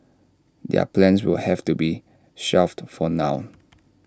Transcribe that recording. their plans will have to be shelved for now